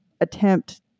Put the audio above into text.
attempt